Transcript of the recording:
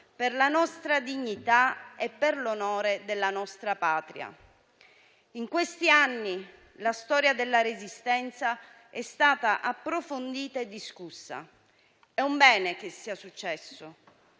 per la nostra dignità e per l'onore della nostra Patria. In questi anni la storia della Resistenza è stata approfondita e discussa. È un bene che sia successo.